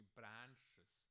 branches